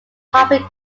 heartbeat